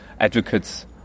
advocates